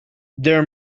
their